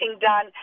done